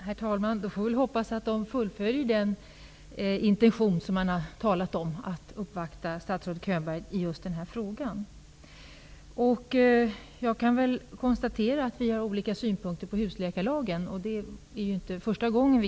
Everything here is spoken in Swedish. Herr talman! Jag hoppas då att man fullföljer den intention som man har talat om, dvs. att uppvakta statsrådet Könberg i just den här frågan. Jag kan konstatera att vi har olika synpunkter på husläkarlagen -- det är inte första gången.